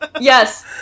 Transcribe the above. Yes